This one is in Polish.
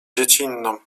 dziecinną